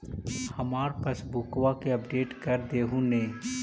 हमार पासबुकवा के अपडेट कर देहु ने?